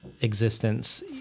existence